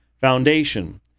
foundation